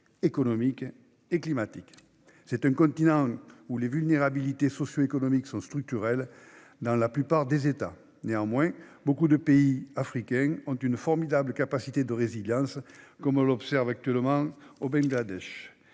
économiques et climatiques. C'est un continent où les vulnérabilités socio-économiques sont structurelles dans la plupart des États. Néanmoins, beaucoup de pays africains ont une formidable capacité de résilience, similaire à celle que l'on observe actuellement au Bangladesh.